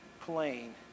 plane